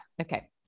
Okay